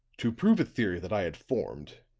to prove a theory that i had formed,